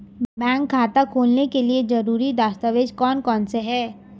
Bank खाता खोलने के लिए ज़रूरी दस्तावेज़ कौन कौनसे हैं?